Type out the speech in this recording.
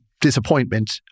disappointment